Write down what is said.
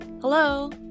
Hello